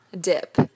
dip